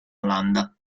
olanda